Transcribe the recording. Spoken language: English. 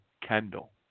Kendall